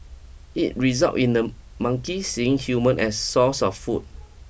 it result in the monkeys seeing humans as sources of food